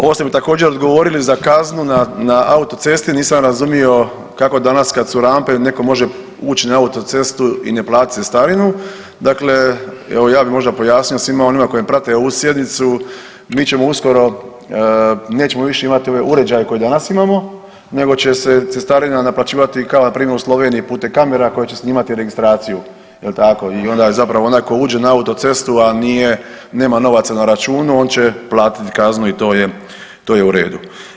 Ovo ste mi također odgovorili za kaznu na autocesti, nisam razumio kako danas kad su rampe netko može ući na autocestu i ne platiti cestarinu, dakle evo, ja bih možda pojasnio svima onima koji prate ovu sjednicu, mi ćemo uskoro, nećemo više imati ove uređaje koje danas imamo nego će se cestarina naplaćivati, kao npr. u Sloveniji putem kamera koje će snimati registraciju, je li tako i onda zapravo onaj tko uđe na autocestu, a nije, nema novaca na računu, on će platiti kaznu i to je u redu.